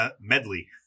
medley